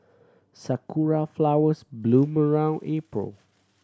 sakura flowers bloom around April